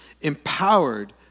empowered